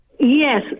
Yes